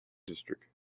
district